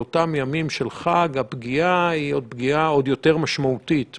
הזדמנות לחשיבה מחודשת אצל הציבור הערבי,